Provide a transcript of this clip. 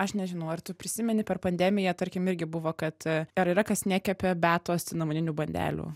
aš nežinau ar tu prisimeni per pandemiją tarkim irgi buvo kad ar yra kas nekepė beatos cinamoninių bandelių